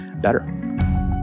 better